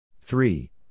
three